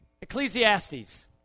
Ecclesiastes